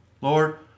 Lord